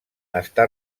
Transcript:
està